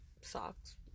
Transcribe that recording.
socks